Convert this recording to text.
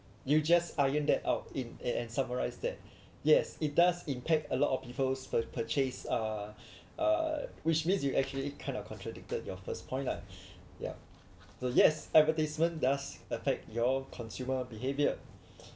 you just ironed that out in and and summarise that yes it does impact a lot of people's pur~ purchase uh uh which means you actually kind of contradicted your first point lah yup so yes advertisement does affect your consumer behaviour